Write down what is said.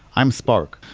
i'm spark.